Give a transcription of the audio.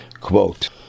quote